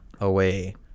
away